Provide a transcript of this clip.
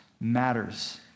matters